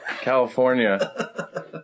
california